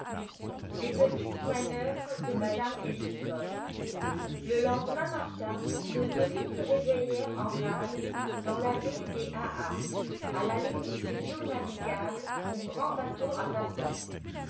les petites manœuvres de mme ellison le lendemain matin nos touristes se réveillèrent en rade dans la baie des ha ha à la limite des eaux navigables aux grands bateaux à vapeur